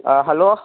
hello